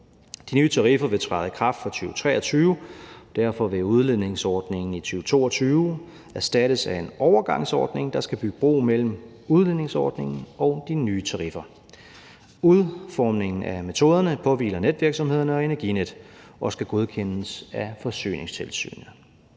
De nye tariffer vil træde i kraft fra 2023. Derfor vil udligningsordningen i 2022 erstattes af en overgangsordning, der skal bygge bro mellem udligningsordningen og de nye tariffer. Udformningen af metoderne påhviler netvirksomhederne og Energinet og skal godkendes af Forsyningstilsynet.